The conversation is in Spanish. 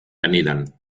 anidan